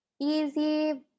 easy